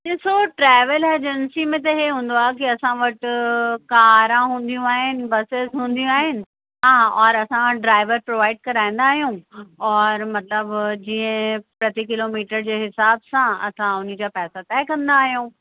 ॾिसो travel agency में त इहे हूंदो आहे कि असां वटि कारां हूंदियूं आहिनि बसिस हूंदियूं आहिनि हा और असां वटि ड्राइवर प्रोवाइड कराईंदा आहियूं और मतलबु जीअं प्रति किलोमीटर जे हिसाब सां असां हुनजा पैसा तइ कंदा आहियूं